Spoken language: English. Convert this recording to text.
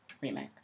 remake